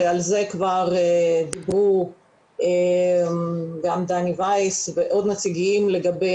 ועל זה כבר דיברו גם דני וייס ועוד נציגים לגבי